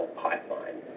pipeline